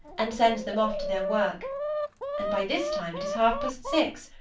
and sends them off to their work and by this time it is half-past six,